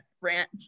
rant